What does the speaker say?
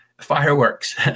fireworks